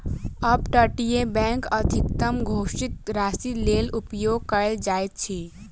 up तटीय bank अधिकतम अघोषित राशिक लेल उपयोग कयल जाइत अछि